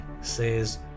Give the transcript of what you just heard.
says